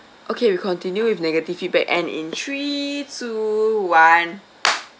okay we continue with negative feedback and in three two one